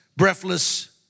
Breathless